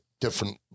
different